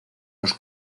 los